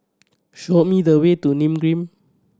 show me the way to Nim Green